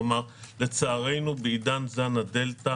לצערנו בעידן זן הדלתא